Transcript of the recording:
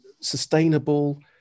sustainable